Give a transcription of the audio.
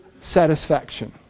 satisfaction